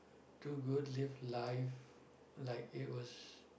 do good live life like it was